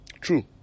True